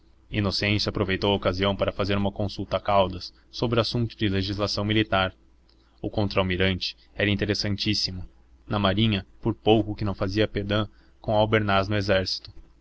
inocêncio aproveitou a ocasião para fazer uma consulta a caldas sobre assunto de legislação militar o contra almirante era interessantíssimo na marinha por pouco que não fazia pendant com albernaz no exército